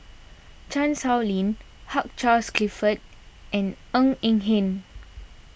Chan Sow Lin Hugh Charles Clifford and Ng Eng Hen